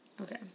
Okay